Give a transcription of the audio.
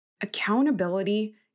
accountability